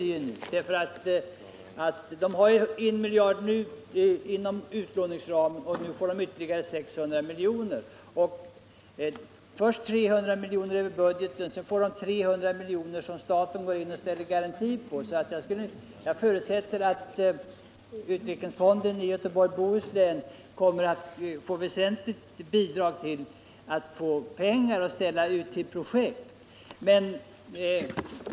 De har ju redan 1 miljard kronor inom utlåningsramen, och nu tillkommer ytterligare 600 milj.kr. — först 300 miljoner över budgeten och sedan 300 miljoner som staten ställer garanti för. Med tanke på vad utvecklingsfonderna redan fått förutsätter jag att utvecklingsfonden i Göteborgs och Bohus län kommer att väsentligt kunna bidra till sysselsättningen genom att låna ut pengar till olika projekt.